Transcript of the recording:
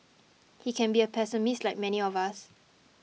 he can be a pessimist like many of us